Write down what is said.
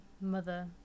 mother